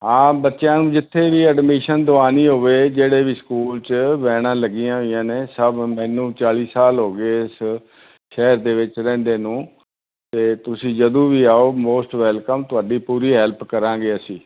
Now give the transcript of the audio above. ਹਾਂ ਬੱਚਿਆਂ ਨੂੰ ਜਿੱਥੇ ਵੀ ਐਡਮਿਸ਼ਨ ਦਲਾਉਣੀ ਹੋਵੇ ਜਿਹੜੇ ਵੀ ਸਕੂਲ 'ਚ ਵੈਣਾ ਲੱਗੀਆਂ ਹੋਈਆਂ ਨੇ ਸਭ ਮੈਨੂੰ ਚਾਲੀ ਸਾਲ ਹੋ ਗਏ ਇਸ ਸ਼ਹਿਰ ਦੇ ਵਿੱਚ ਰਹਿੰਦੇ ਨੂੰ ਅਤੇ ਤੁਸੀਂ ਜਦੋਂ ਵੀ ਆਓ ਮੋਸਟ ਵੈਲਕਮ ਤੁਹਾਡੀ ਪੂਰੀ ਹੈਲਪ ਕਰਾਂਗੇ ਅਸੀਂ